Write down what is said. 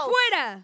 Fuera